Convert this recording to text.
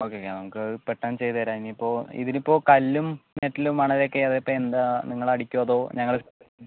okay okay നമുക്കത് പെട്ടെന്ന് ചെയ്ത് തരാം ഇനി ഇപ്പോൾ ഇതിനിപ്പോൾ കല്ലും മെറ്റലും മണലുമൊക്കെ അതിപ്പോൾ എന്താ നിങ്ങൾ അടിക്കുമോ അതോ ഞങ്ങൾ